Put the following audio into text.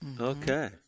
Okay